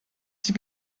sie